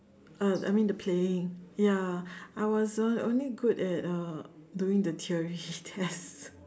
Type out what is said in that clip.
uh I mean the playing ya I was only good at uh doing the theory tests